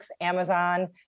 Amazon